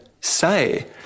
say